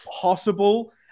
possible